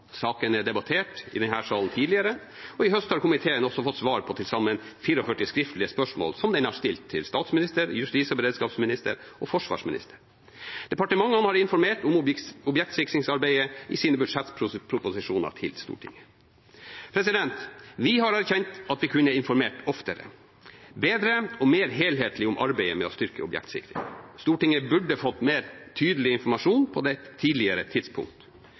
Saken er debattert i denne salen tidligere, og i høst har komiteen også fått svar på til sammen 44 skriftlige spørsmål som den har stilt til statsministeren, justis- og beredskapsministeren og forsvarsministeren. Departementene har informert om objektsikringsarbeidet i sine budsjettproposisjoner til Stortinget. Vi har erkjent at vi kunne informert oftere, bedre og mer helhetlig om arbeidet med å styrke objektsikringen. Stortinget burde fått mer tydelig informasjon på et tidligere tidspunkt.